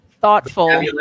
thoughtful